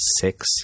six